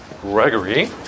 Gregory